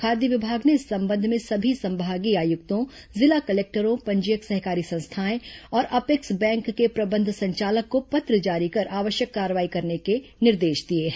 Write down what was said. खाद्य विभाग ने इस संबंध में सभी संभागीय आयुक्तों जिला कलेक्टरों पंजीयक सहकारी संस्थाएं और अपेक्स बैंक के प्रबंध संचालक को पत्र जारी कर आवश्यक कार्रवाई करने के निर्देश दिए हैं